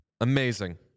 Amazing